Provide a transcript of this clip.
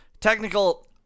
Technical